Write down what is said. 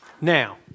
Now